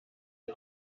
die